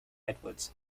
edwards